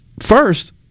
first